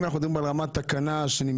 אם אנחנו מדברים על רמת תקנה שנמצאת,